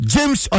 James